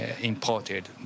imported